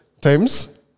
times